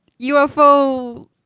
ufo